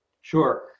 Sure